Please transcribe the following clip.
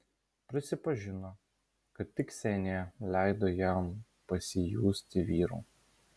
prisipažino kad tik ksenija leido jam pasijusti vyru